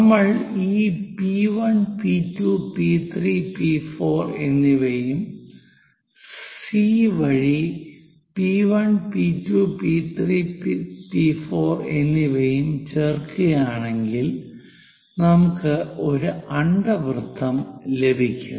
നമ്മൾ ഈ P 1 P 2 P 3 P 4 എന്നിവയും സി വഴി പി 1 പി 2 പി 3 പി 4 എന്നിവയും ചേർക്കുകയാണെങ്കിൽ നമുക്ക് ഈ അണ്ഡവൃത്തം ലഭിക്കും